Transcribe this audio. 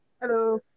Hello